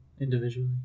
individually